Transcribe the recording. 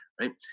right